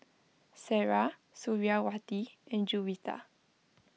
Sarah Suriawati and Juwita